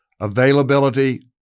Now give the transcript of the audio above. Availability